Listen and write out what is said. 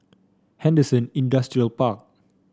Henderson Industrial Park